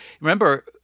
remember